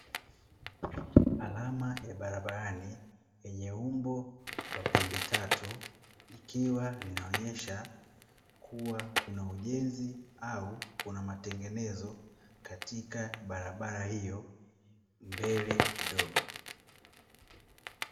Alama ya barabarani yenye umbo la pembe tatu, ikiwa inaonyesha kuwa kuna ujenzi au kuna matengenezo katika barabara hiyo mbele kidogo.